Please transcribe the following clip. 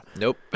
Nope